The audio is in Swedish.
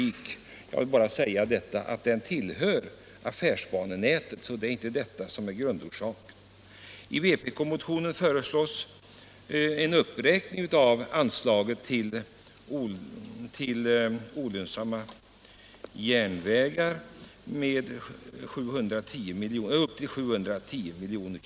av icke lönsamma I vpk-motionen 1208 föreslås att anslaget till SJ för drift av olönsamma = järnvägslinjer delsbehovet till 650 miljoner.